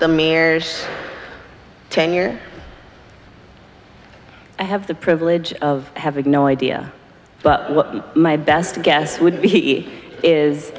the mayor's tenure i have the privilege of having no idea but my best guess would be is